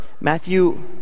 Matthew